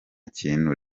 kintu